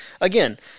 again